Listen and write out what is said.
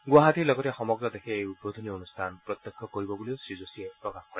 গুৱাহাটীৰ লগতে সমগ্ৰ দেশে এই উদ্বোধনী অনুষ্ঠান প্ৰত্যক্ষ কৰিব বুলিও শ্ৰী যোশীয়ে প্ৰকাশ কৰে